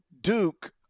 Duke